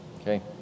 Okay